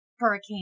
Hurricane